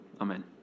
Amen